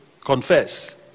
confess